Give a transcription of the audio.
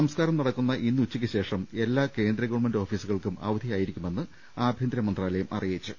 സംസ്കാരം നടക്കുന്ന ഇന്ന് ഉച്ചയ്ക്കുശേഷം എല്ലാ കേന്ദ്ര ഗവൺമെന്റ് ഓഫീസു കൾക്കും അവധിയായിരിക്കുമെന്ന് ആഭ്യന്തരമന്ത്രാലയം അറി യിച്ചു